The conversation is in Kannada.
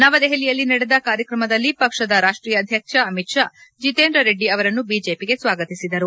ನವದೆಹಲಿಯಲ್ಲಿ ನಡೆದ ಕಾರ್ಯಕ್ರಮದಲ್ಲಿ ಪಕ್ಷದ ರಾಷ್ತ್ರೀಯ ಅಧ್ಯಕ್ಷ ಅಮಿತ್ ಶಾ ಜಿತೇಂದ್ರ ರೆಡ್ಡಿ ಅವರನ್ನು ಬಿಜೆಪಿಗೆ ಸ್ಲಾಗತಿಸಿದರು